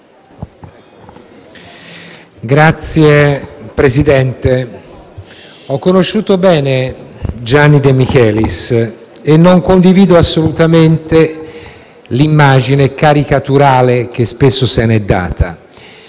Signor Presidente, ho conosciuto bene Gianni De Michelis e non condivido assolutamente l'immagine caricaturale che spesso se ne è data.